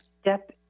step